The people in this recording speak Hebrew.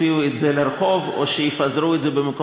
וגם לא רוצים שיוציאו את זה לרחוב או שיפזרו את זה במקומות